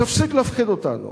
תפסיק להפחיד אותנו